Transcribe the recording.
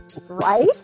Right